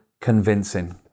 convincing